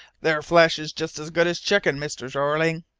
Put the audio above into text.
their flesh is just as good as chicken, mr. jeorling,